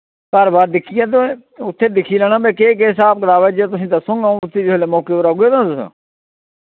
घर बार दिक्खियै ते उत्थे दिक्खी लैना वे केह् केह् स्हाब कताब ऐ जे तुसें दस्सुंग आऊं फ्ही जिल्लै मौके पर औगे ना तुस